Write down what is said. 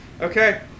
Okay